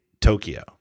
Tokyo